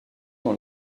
dans